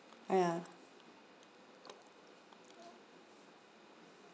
ah ya